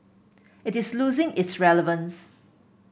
it is losing its relevance